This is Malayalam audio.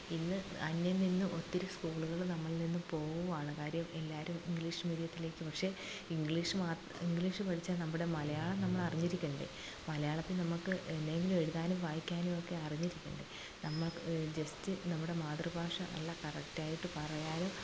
ഇന്ന് അന്യം നിന്ന് ഒത്തിരി സ്കൂളുകള് നമ്മളിൽ നിന്ന് പോകുവാണ് കാര്യം എല്ലാവരും ഇംഗ്ലീഷ് മീഡിയത്തിലേക്ക് പക്ഷേ ഇംഗ്ലീഷ് ഇംഗ്ലീഷ് പഠിച്ചാൽ നമ്മുടെ മലയാളം നമ്മളറിഞ്ഞിരിക്കണ്ടേ മലയാളത്തില് നമുക്ക് എന്നായെങ്കിലും എഴുതാനും വായിക്കാനുമൊക്കെ അറിഞ്ഞിരിക്കണ്ടേ നമ്മള് ജസ്റ്റ് നമ്മുടെ മാതൃഭാഷ നല്ല കറക്റ്റായിട്ട് പറയാനും